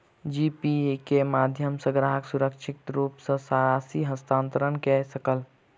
जी Pay के माध्यम सॅ ग्राहक सुरक्षित रूप सॅ राशि हस्तांतरण कय सकल